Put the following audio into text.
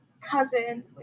cousin